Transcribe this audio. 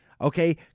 Okay